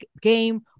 game